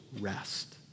rest